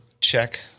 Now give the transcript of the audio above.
check